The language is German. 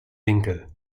winkel